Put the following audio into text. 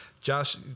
Josh